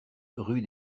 rue